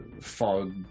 fog